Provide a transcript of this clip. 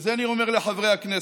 ואת זה אני אומר לחברי הכנסת.